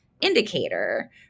indicator